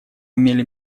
имели